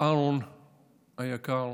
אהרן היקר,